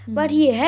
mm